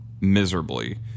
Miserably